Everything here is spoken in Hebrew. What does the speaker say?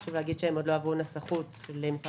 חשוב להגיד שהן עוד לא עברו נסחות במשרד